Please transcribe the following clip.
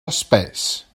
espès